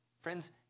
friends